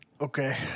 Okay